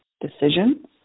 decisions